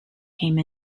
came